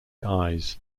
eyes